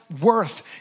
worth